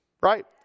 right